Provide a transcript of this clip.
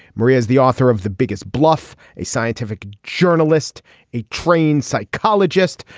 maria is the author of the biggest bluff a scientific journalist a trained psychologist.